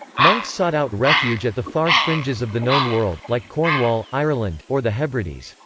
monks sought out refuge at the far fringes of the known world like cornwall, ireland, or the hebrides.